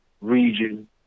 region